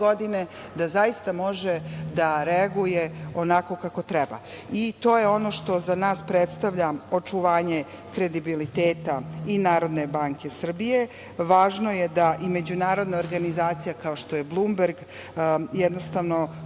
godine da zaista može da reaguje onako kako treba i to je ono što za nas predstavlja očuvanje kredibiliteta i Narodne banke Srbije. Važno je da i međunarodna organizacija, kao što je Blumberg, jednostavno,